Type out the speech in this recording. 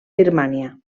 birmània